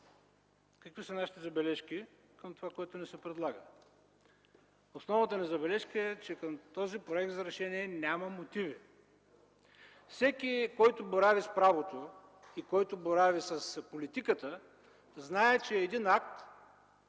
какви са нашите забележки към това, което ни се предлага. Основната ни забележка е, че към този проект за решение няма мотиви. Всеки, който борави с правото и който борави с политиката знае, че един акт